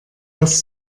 das